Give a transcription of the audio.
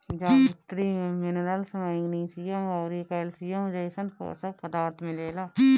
जावित्री में minerals, magnesium अउरी कैल्शियम जइसन पोषक पदार्थ मिलेला